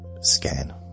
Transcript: scan